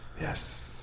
Yes